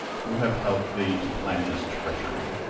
who have helped thee to plan this treachery.